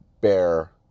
bear